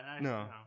No